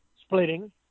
splitting